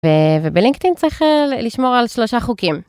וב-לינקטין צריך לשמור על שלושה חוקים.